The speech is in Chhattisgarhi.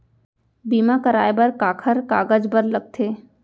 बीमा कराय बर काखर कागज बर लगथे?